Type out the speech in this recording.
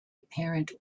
apparent